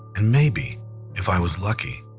and maybe if i was lucky,